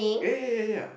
eh eh ya ya